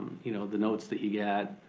you know the notes that you get,